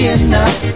enough